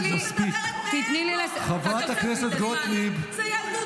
תוסיף לי, בבקשה.